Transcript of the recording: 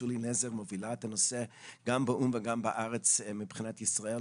שולי נזר מובילה את הנושא גם באו"ם וגם בארץ מבחינת ישראל,